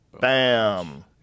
bam